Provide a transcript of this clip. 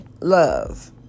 love